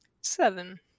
Seven